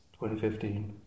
2015